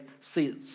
see